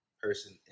person